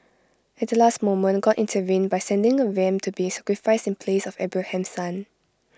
at the last moment God intervened by sending A ram to be sacrificed in place of Abraham's son